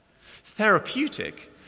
Therapeutic